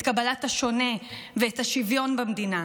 את קבלת השונה ואת השוויון במדינה.